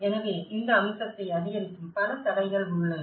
எனவே இந்த அம்சத்தை அதிகரிக்கும் பல தடைகள் உள்ளன